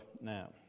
now